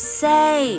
say